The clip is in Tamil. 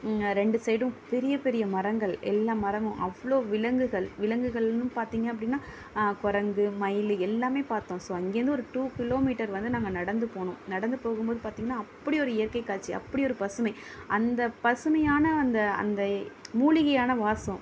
ரெண்டு சைடும் பெரிய பெரிய மரங்கள் எல்லா மரமும் அவ்வளோ விலங்குகள் விலங்குகள்னு பார்த்திங்க அப்படின்னா குரங்கு மயில் எல்லாமே பார்த்தோம் ஸோ அங்கேருந்து ஒரு டூ கிலோமீட்டர் வந்து நாங்கள் நடந்து போனோம் நடந்து போகும்போது பார்த்திங்கனா அப்படி ஒரு இயற்கை காட்சி அப்படி ஒரு பசுமை அந்த பசுமையான அந்த அந்த மூலிகையான வாசம்